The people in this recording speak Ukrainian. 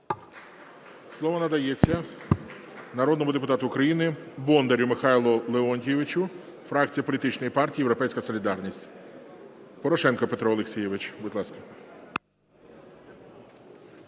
Слово надається народному депутату України Бондарю Михайлу Леонтійовичу, фракція політичної партії "Європейська солідарність". Порошенко Петро Олексійович, будь ласка.